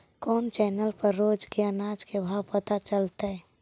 कोन चैनल पर रोज के अनाज के भाव पता चलतै?